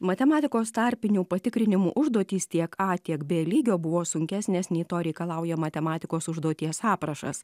matematikos tarpinių patikrinimų užduotys tiek a tiek b lygio buvo sunkesnės nei to reikalauja matematikos užduoties aprašas